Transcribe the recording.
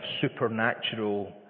supernatural